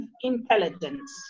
Intelligence